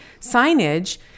signage